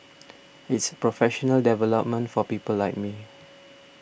it's professional development for people like me